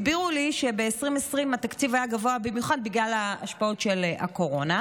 הסבירו לי שב-2020 התקציב היה גבוה במיוחד בגלל ההשפעות של הקורונה,